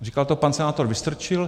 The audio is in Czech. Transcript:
Říkal to pan senátor Vystrčil.